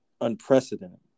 unprecedented